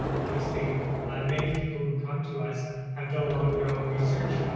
obviously many people who come to us have done a lot of their own research,